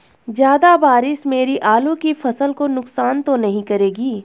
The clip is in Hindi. ज़्यादा बारिश मेरी आलू की फसल को नुकसान तो नहीं करेगी?